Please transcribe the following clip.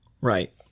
Right